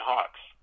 Hawks